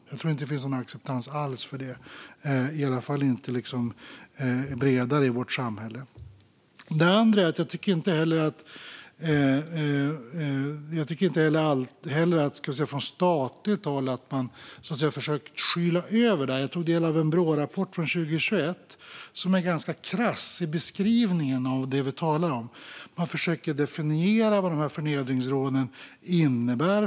Jag tror inte att det finns någon acceptans alls för detta, i alla fall inte bredare i samhället. Jag tycker inte heller att man från statligt håll har försökt att skyla över detta. Jag tog del av en Brårapport från 2021 som är ganska krass i beskrivningen av det som vi talar om. De försöker att definiera vad dessa förnedringsrån innebär.